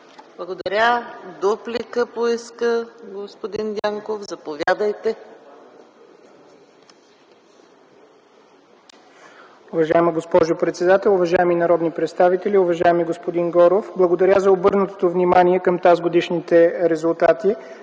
Благодаря. Дуплика поиска господин Дянков. Заповядайте.